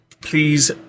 Please